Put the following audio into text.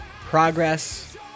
progress